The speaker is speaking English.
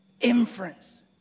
Inference